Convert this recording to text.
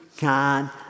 God